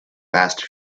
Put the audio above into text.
past